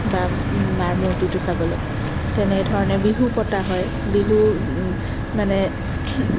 মা মাৰ মূৰ্তিটো চাবলৈ তেনে ধৰণে বিহু পতা হয় বিহু মানে